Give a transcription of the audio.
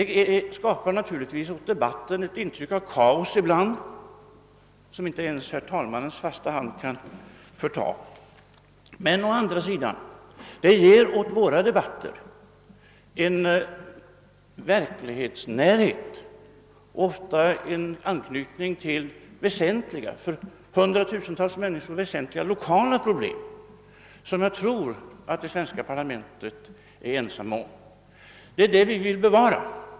Det skapar naturligtvis ibland ett intryck av kaos i debatten, som inte ens herr talmannens fasta hand kan förta, men å andra sidan ger (det åt våra debatter en verklighetsnärhet och ofta en anknytning till för hundratusentals människor väsentliga lokala problem, som jag tror att det svenska parlamentet är ensamt om.